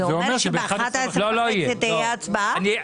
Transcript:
זה אומר שב-11 וחצי תהיה הצבעה?